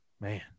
man